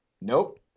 Nope